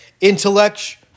intellect